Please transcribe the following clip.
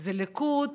זה ליכוד